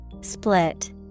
Split